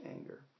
anger